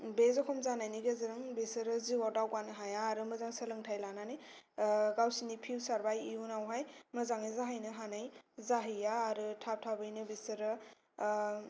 बे जखम जानायनि गेजेरजों बेसोरो जिउआव दावगानो हाया आरो मोजां सोलोंथाइ लानानै गावसोरनि फिउचार बा इउनावहाय मोजाङै जाहैनो हानाय जाहैया आरो थाब थाबैनो बेसोरो